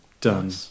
done